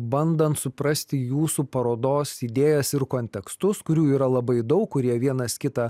bandant suprasti jūsų parodos idėjas ir kontekstus kurių yra labai daug kurie vienas kitą